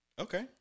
Okay